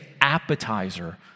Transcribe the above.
appetizer